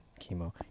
chemo